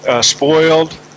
spoiled